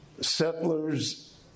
settlers